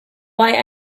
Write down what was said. why